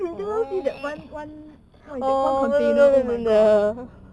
you never see that one one what is that one container oh my god